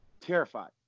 terrified